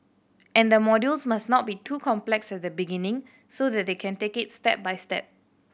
and the modules must not be too complex at the beginning so that they can take it step by step